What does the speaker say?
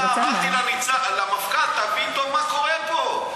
אמרתי למפכ"ל: תבין טוב מה קורה פה.